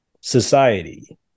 society